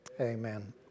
Amen